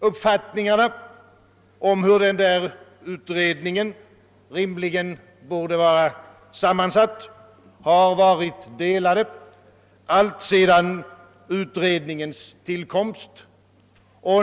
Uppfattningarna om hur den rimligen borde vara sammansatt har varit delade alltsedan utredningens tillkomst.